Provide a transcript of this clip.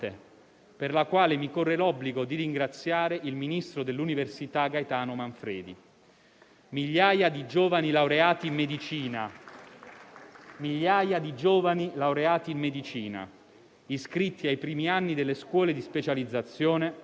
Migliaia di giovani laureati in medicina, iscritti ai primi anni delle scuole di specializzazione, per un lasso di tempo che stiamo definendo, parteciperanno alla campagna vaccinale, che rappresenterà una parte del loro percorso formativo.